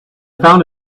found